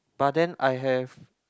but then I have